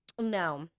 No